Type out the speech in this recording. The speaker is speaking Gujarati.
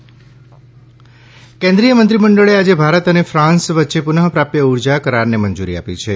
કેબીનેટ ઉર્જા કેન્દ્રીય મંત્રીમંડળે આજે ભારત અને ફાન્સ વચ્ચે પુનઃપ્રાપ્ય ઉર્જા કરારને મંજુરી આપી છે